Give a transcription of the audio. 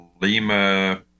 Lima